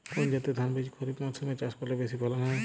কোন জাতের ধানবীজ খরিপ মরসুম এ চাষ করলে বেশি ফলন হয়?